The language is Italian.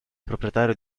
proprietario